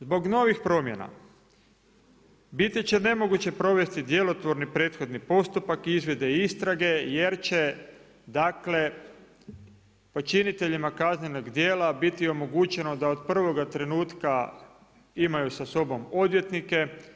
Zbog novih promjena biti će nemoguće provesti djelotvorni prethodni postupak i izvide istrage jer će dakle počiniteljima kaznenog djela biti omogućeno da od prvoga trenutka imaju sa sobom odvjetnike.